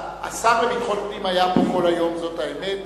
השר לביטחון פנים היה פה כל היום, זאת האמת.